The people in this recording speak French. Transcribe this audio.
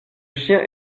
chien